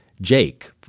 Jake